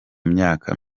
myaka